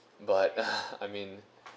but I mean